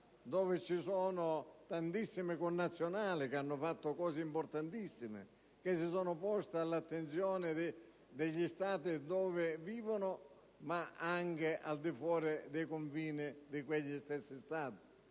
con tantissimi connazionali che hanno fatto cose importantissime, ponendosi all'attenzione degli Stati in cui essi vivono, ma anche al di fuori dei confini di quegli stessi Stati.